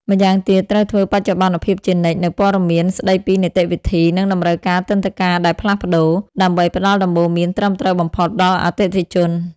ម្យ៉ាងទៀត ត្រូវធ្វើបច្ចុប្បន្នភាពជានិច្ចនូវព័ត៌មានស្តីពីនីតិវិធី និងតម្រូវការទិដ្ឋាការដែលផ្លាស់ប្តូរ ដើម្បីផ្តល់ដំបូន្មានត្រឹមត្រូវបំផុតដល់អតិថិជន។